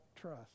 trust